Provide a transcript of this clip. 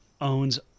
owns